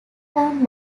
down